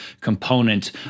component